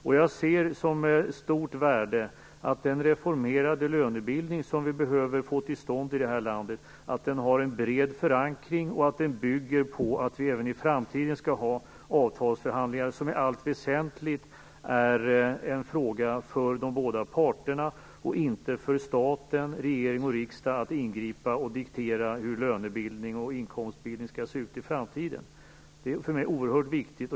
Jag ser det som ett stort värde att den reformerade lönebildning som vi behöver få till stånd i landet har en bred förankring och att den bygger på att vi även i framtiden skall ha avtalsförhandlingar som i allt väsentligt är en fråga för de båda parterna. Det är inte stat, regering och riksdag som skall ingripa och diktera när det gäller hur lönebildning och inkomstbildning skall se ut i framtiden. Det är för mig oerhört viktigt.